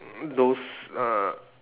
those uh